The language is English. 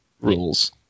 rules